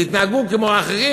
תתנהגו כמו האחרים,